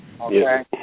okay